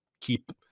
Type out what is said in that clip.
keep